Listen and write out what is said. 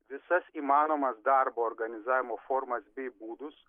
visas įmanomas darbo organizavimo formas bei būdus